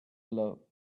love